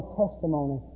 testimony